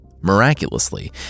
Miraculously